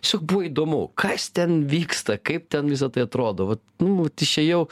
tiesiog buvo įdomu kas ten vyksta kaip ten visa tai atrodo vat nu išėjau